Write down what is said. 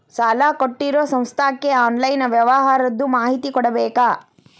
ಸಾಲಾ ಕೊಟ್ಟಿರೋ ಸಂಸ್ಥಾಕ್ಕೆ ಆನ್ಲೈನ್ ವ್ಯವಹಾರದ್ದು ಮಾಹಿತಿ ಕೊಡಬೇಕಾ?